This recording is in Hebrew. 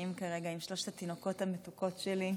שנמצאים כרגע עם שלושת התינוקות המתוקות שלי.